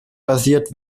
basiert